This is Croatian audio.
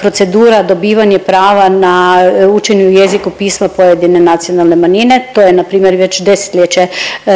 procedura dobivanje prava na učenju jezika i pisma pojedine nacionalne manjine, to je npr. već 10-ljeće